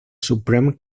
supreme